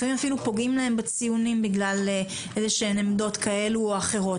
לפעמים אפילו פוגעים בהם בציונים בגלל עמדות כאלה או אחרות.